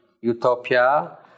utopia